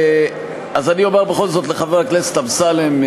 אומר בכל זאת לחבר הכנסת אמסלם,